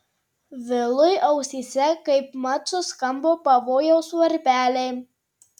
vilui ausyse kaipmat suskambo pavojaus varpeliai